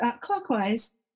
clockwise